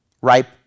ripe